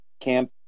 Camp